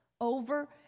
over